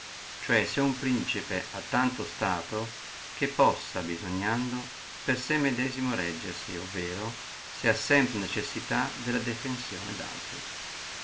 cioè se uno principe ha tanto stato che possa bisognando per sé medesimo reggersi o vero se ha sempre necessità della defensione di altri